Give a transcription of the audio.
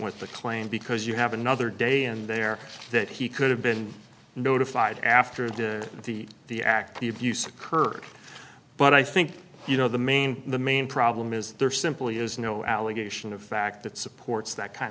the claim because you have another day in there that he could have been notified after the the the act the abuse occurred but i think you know the main the main problem is there simply is no allegation of fact that supports that kind